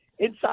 inside